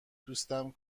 دوستم